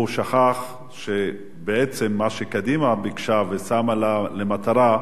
הוא שכח שבעצם מה שקדימה ביקשה ושמה לה למטרה,